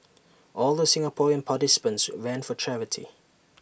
all the Singaporean participants ran for charity